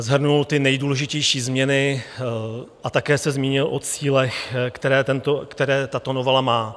Shrnul ty nejdůležitější změny a také se zmínil o cílech, které tato novela má.